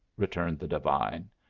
returned the divine.